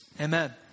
Amen